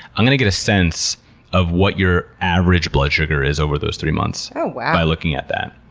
i'm going to get a sense of what your average blood sugar is over those three months by looking at that.